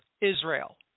Israel